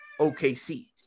OKC